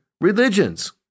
religions